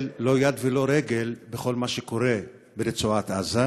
לא יד ולא רגל בכל מה שקורה ברצועת עזה,